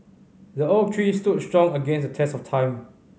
the oak tree stood strong against the test of time